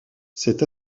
cet